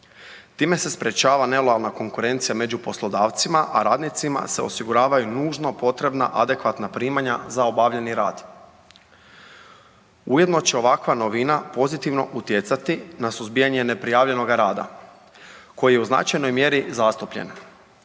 Time se sprječava nelojalna konkurencija među poslodavcima, a radnicima se osiguravaju nužno potrebna adekvatna primanja za obavljeni rad. Ujedno će ovakva novina pozitivno utjecati na suzbijanje neprijavljenoga rada koji je u značajnoj mjeri zastupljen.